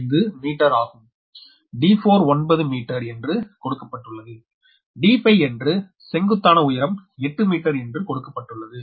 965 metre ஆகும் d4 9 metre என்று கொடுக்கப்பட்டுள்ளது d5 என்று செங்குத்தான உயரம் 8 மீட்டர் என்று கொடுக்கப்பட்டுள்ளது